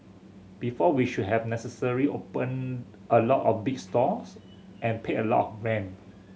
before we should have necessarily opened a lot of big stores and paid a lot rent